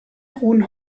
ruhen